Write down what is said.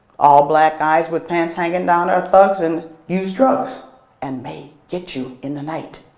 all black guys with pants hanging down are thugs and use drugs and may get you in the night,